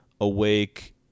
awake